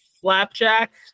Flapjack